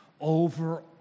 over